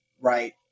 right